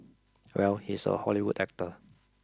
well he's a Hollywood actor